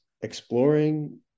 exploring